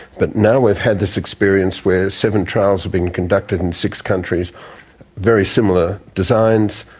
but now we've had this experience where seven trials have been conducted in six countries very similar designs,